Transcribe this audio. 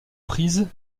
prises